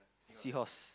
seahorse